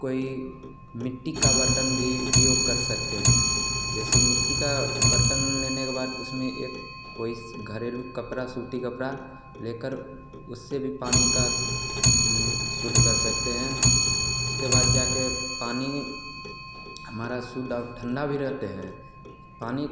कोई मिट्टी का बर्तन भी उपयोग कर सकते हैं जैसे मिट्टी कर बर्तन लेने के बाद उसमें एक कोई घरेलू कपड़ा सूती कपड़ा लेकर उससे भी पानी का शुद्ध कर सकते हैं उसके बाद जाके पानी हमारा शुद्ध और ठंडा भी रहते हैं पानी